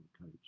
coach